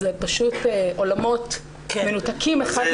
אלה עולמות מנותקים זה מזה.